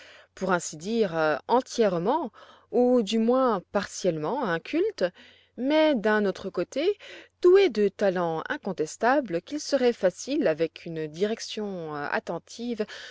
pour ainsi dire entièrement ou du moins partiellement inculte mais d'un autre côté douée de talents incontestables qu'il serait facile avec une direction attentive